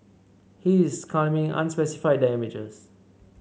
he is claiming unspecified damages